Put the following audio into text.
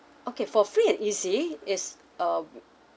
okay for free and easy is uh